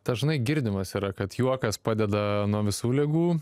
dažnai girdimas yra kad juokas padeda nuo visų ligų